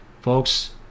Folks